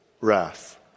wrath